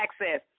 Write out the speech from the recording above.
access